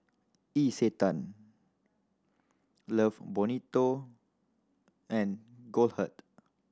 Isetan Love Bonito and Goldheart